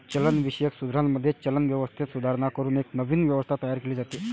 चलनविषयक सुधारणांमध्ये, चलन व्यवस्थेत सुधारणा करून एक नवीन व्यवस्था तयार केली जाते